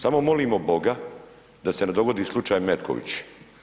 Samo molimo boga da se ne dogodi slučaj Metković.